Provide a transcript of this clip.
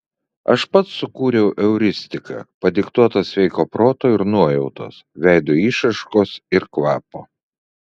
aš pats sukūriau euristiką padiktuotą sveiko proto ir nuojautos veido išraiškos ir kvapo